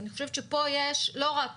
אני חושבת שפה לא רק